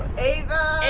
ava!